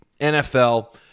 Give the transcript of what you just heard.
NFL